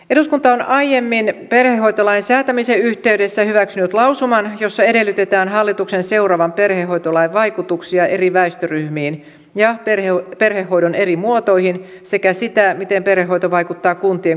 eduskunta on aiemmin perhehoitolain säätämisen yhteydessä hyväksynyt lausuman jossa edellytetään hallituksen seuraavan perhehoitolain vaikutuksia eri väestöryhmiin ja perhehoidon eri muotoihin sekä sitä miten perhehoito vaikuttaa kuntien kustannuskehitykseen